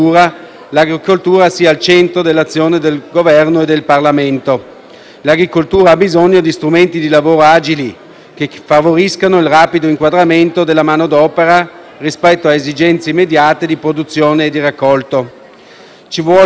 Ci vuole poi un'attenzione specifica per la tutela dell'agroalimentare e di contrasto a quella contraffazione del prodotto italiano, che costituisce uno dei principali problemi dell'intero settore, come non mancano mai di ricordare le organizzazioni agricole.